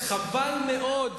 חבל מאוד,